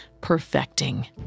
perfecting